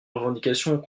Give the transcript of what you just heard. revendications